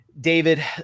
David